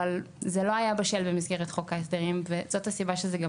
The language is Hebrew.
אבל זה לא היה בשל במסגרת חוק ההסדרים וזאת הסיבה שזה גם